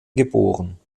geboren